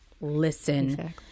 Listen